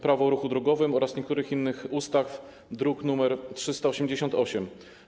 Prawo o ruchu drogowym oraz niektórych innych ustaw, druk nr 388.